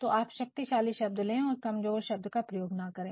तो आप शक्तिशाली शब्द ले और कमज़ोर शब्द का प्रयोग न करे